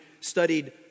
studied